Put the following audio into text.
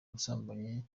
ubusambanyi